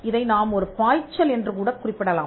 இதை நாம் ஒரு பாய்ச்சல் என்றுகூடக் குறிப்பிடலாம்